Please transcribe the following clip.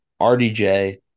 RDJ